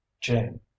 jane